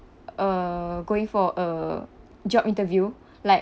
uh going for a job interview like